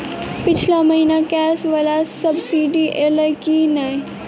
पिछला महीना गैस वला सब्सिडी ऐलई की नहि?